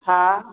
हा